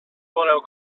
voleu